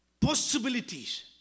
Possibilities